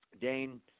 Dane